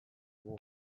digu